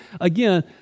again